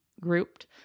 grouped